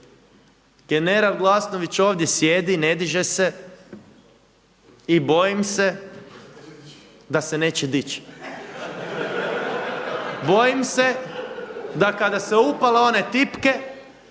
general Glasnović ovdje sjedi, ne diže se i bojim se da se neće dići. Bojim se da kada se upale one tipke,